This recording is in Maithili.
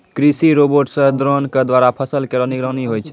कृषि रोबोट सह द्रोण क द्वारा फसल केरो निगरानी होय छै